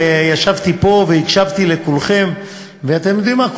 ישבתי פה והקשבתי לכולכם, ואתם יודע מה?